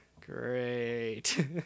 Great